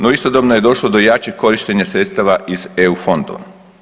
No istodobno je došlo do jačeg korištenja sredstava iz eu fondova.